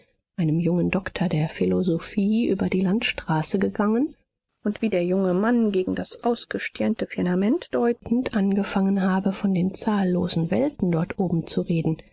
einem jungen doktor der philosophie über die landstraße gegangen und wie der junge mann gegen das ausgestirnte firmament deutend angefangen habe von den zahllosen welten dort oben zu reden